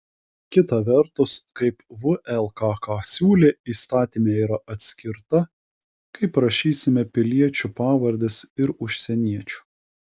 kita vertus kaip vlkk siūlė įstatyme yra atskirta kaip rašysime piliečių pavardes ir užsieniečių